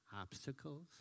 obstacles